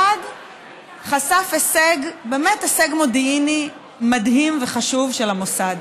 1. חשף הישג מודיעיני באמת מדהים וחשוב של המוסד,